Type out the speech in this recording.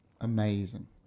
Amazing